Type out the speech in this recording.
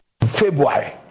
February